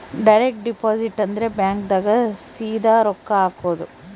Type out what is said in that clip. direct deposit ಅಂದ್ರ bank ದಾಗ ಸೀದಾ ರೊಕ್ಕ ಹಾಕೋದು